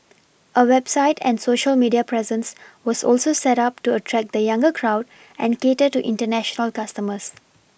a website and Social media presence was also set up to attract the younger crowd and cater to international customers